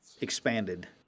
expanded